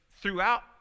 throughout